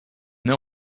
know